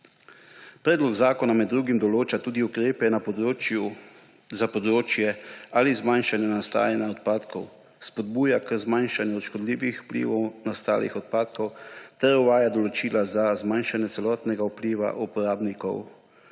Predlog zakona med drugim določa tudi ukrepe za zmanjšanje nastajanja odpadkov, spodbuja k zmanjšanju škodljivih vplivov nastalih odpadkov ter uvaja določila za zmanjšanje celotnega vpliva uporabnikov